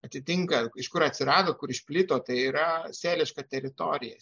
atitinka iš kur atsirado kur išplito tai yra sėliška teritorija